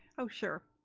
oh, sure.